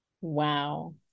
wow